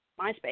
MySpace